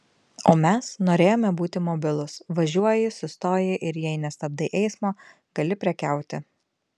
o mes norėjome būti mobilūs važiuoji sustoji ir jei nestabdai eismo gali prekiauti